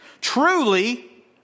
Truly